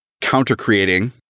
counter-creating